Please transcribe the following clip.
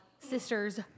sister's